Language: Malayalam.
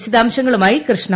വിശദാംശങ്ങളുമായി കൃഷ്ണ